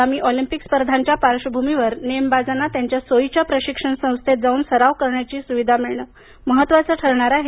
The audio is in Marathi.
आगामी ऑलिंपिक स्पर्धांच्या पार्श्वभूमीवर नेमबाजांना त्याच्य्या सोयीच्या प्रशिक्षण संस्थेत जाऊन सराव करण्याची सुविधा मिळणे महत्त्वाचे ठरणार आहे